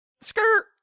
skirt